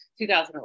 2011